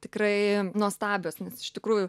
tikrai nuostabios nes iš tikrųjų